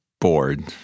bored